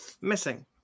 Missing